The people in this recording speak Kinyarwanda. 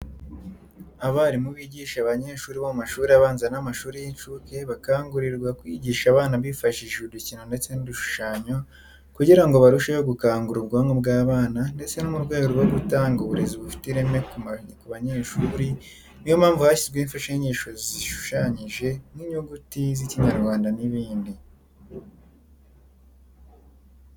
Abarimu bigisha abanyeshuri bo mu mashuri abanza n'amashuri y'incuke bakangurirwa kwigisha abana bifashishije udukino ndetse n'udushushanyo kugira ngo barusheho gukangura ubwonko bw'abana ndetse no mu rwego rwo gutanga uburezi bufite ireme ku banyeshuri, ni yo mpamvu hashyizweho imfashanyigisho zishushanyije nk'inyuguti z'Ikinyarwanda n'ibindi.